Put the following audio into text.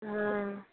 हं